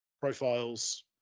profiles